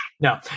No